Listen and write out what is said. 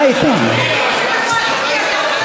חיכית לקואליציה,